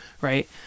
Right